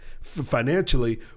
financially